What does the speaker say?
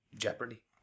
jeopardy